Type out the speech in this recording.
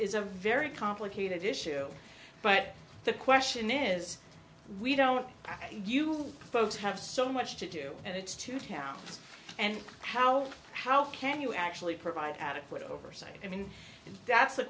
is a very complicated issue but the question is we don't you folks have so much to do and it's to count and how how can you actually provide adequate oversight i mean that's the